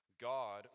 God